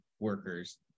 workers